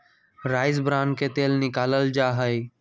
rice bran से तेल निकाल्ल जाहई